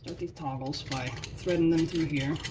these toggles by threading them through here.